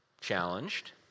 challenged